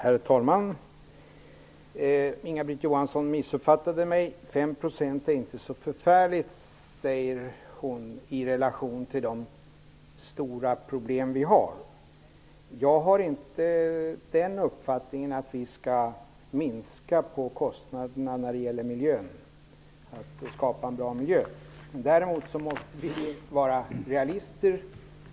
Herr talman! Inga-Britt Johansson missuppfattade mig. Hon sade att 5 % inte är så förfärligt mycket i relation till de stora problem vi har. Jag är inte av den uppfattningen att vi skall minska kostnaderna för att skapa en bra miljö. Däremot måste vi vara realister.